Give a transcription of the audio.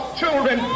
children